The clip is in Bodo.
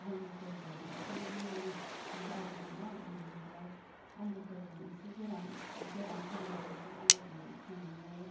आलुफोरजों एसे मोजां जायो नालाय आमफ्राय आलु फोरजों एसे गोरान गोरान फोरान दबनायखौ आलुजों सङो